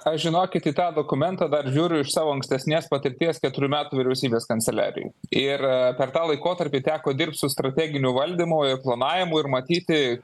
aš žinokit į tą dokumentą dar žiūriu iš savo ankstesnės patirties keturių metų vyriausybės kanceliarijoj ir per tą laikotarpį teko dirbt su strateginiu valdymu ir planavimu ir matyti